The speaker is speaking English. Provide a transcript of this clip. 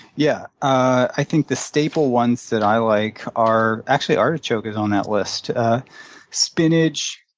yeah, i think the staple ones that i like are actually, artichoke is on that list ah spinach,